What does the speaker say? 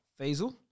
Faisal